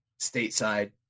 stateside